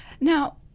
Now